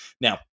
Now